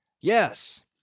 Yes